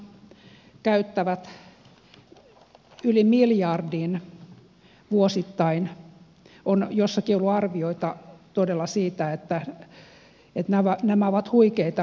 jossakin on ollut arvioita todella siitä että nämä kustannukset ovat huikeita